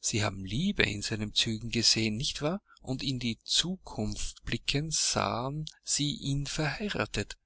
sie haben liebe in seinen zügen gesehen nicht wahr und in die zukunft blickend sahen sie ihn verheiratet